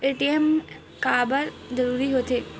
ATM काबर जरूरी हो थे?